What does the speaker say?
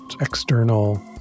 external